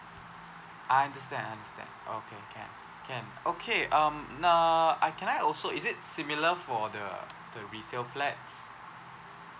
I understand I understand okay can can okay um uh I can I also is it similar for the the resale flats